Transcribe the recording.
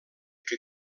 que